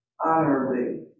honorably